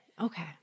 Okay